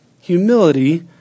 humility